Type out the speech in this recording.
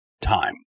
time